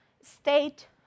state